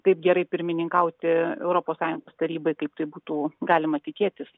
taip gerai pirmininkauti europos sąjungos tarybai kaip būtų galima tikėtis